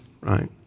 right